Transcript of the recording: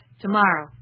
tomorrow